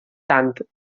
tant